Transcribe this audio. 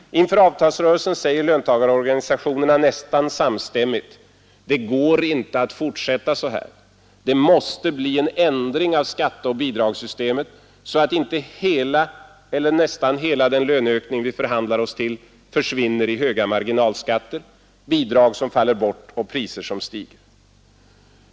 Inför avtalsrörelöntagarorganisationerna nästan samstämmigt: Det går inte att fortsätta så här; det måste bli en ändring av skatteoch bidrag så att inte hela eller nästan hela den löneökning som vi förhandlar oss till försvinner i höga marginalskatter, bidrag som faller bort och priser som stiger.